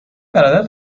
برادرت